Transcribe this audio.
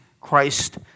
Christ